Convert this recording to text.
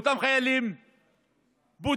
לאותם חיילים בודדים,